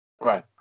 Right